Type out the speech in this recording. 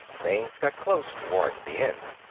things got close towards the end.